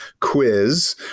quiz